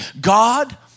God